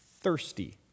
thirsty